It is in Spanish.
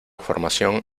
formación